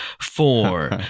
four